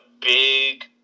big